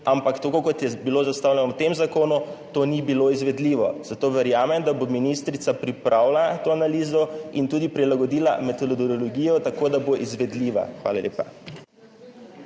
ampak tako, kot je bilo zastavljeno v tem zakonu, to ni bilo izvedljivo, zato verjamem, da bo ministrica pripravila to analizo in tudi prilagodila metodologijo tako, da bo izvedljiva. Hvala lepa.